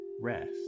rest